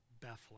Bethlehem